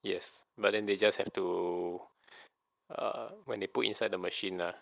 yes but then they just have to uh when they put inside the machine lah